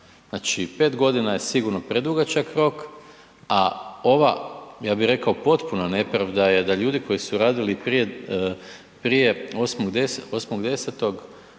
Znači 5.g. je sigurno predugačak rok, a ova, ja bi rekao potpuna nepravda je da ljudi koji su radili prije 8.10. da